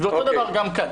אותו דבר גם כאן.